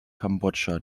kambodscha